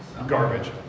Garbage